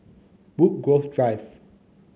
Woodgrove Drive